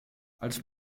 als